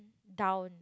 down